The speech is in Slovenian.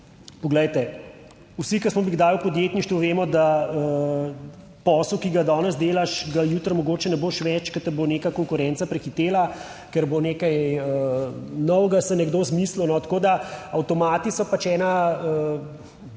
Poglejte, vsi, ki smo bili kdaj v podjetništvu vemo, da posel, ki ga danes delaš, ga jutri mogoče ne boš več, ker te bo neka konkurenca prehitela, ker bo nekaj novega se nekdo izmislil, tako da avtomati so ena